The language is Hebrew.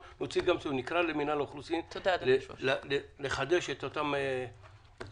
נקרא למינהל האוכלוסין לחדש את אותן הקלות